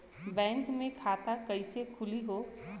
Bank मे खाता कईसे खुली हो?